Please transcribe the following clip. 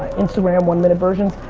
instagram, one minute versions.